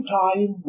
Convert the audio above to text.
time